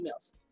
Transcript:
emails